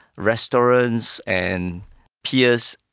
restaurants and piers,